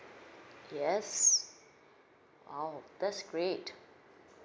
yes !wow! that's great